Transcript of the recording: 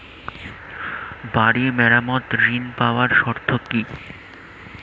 বাড়ি মেরামত ঋন পাবার শর্ত কি?